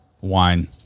wine